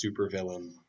supervillain